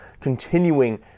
continuing